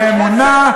באמונה,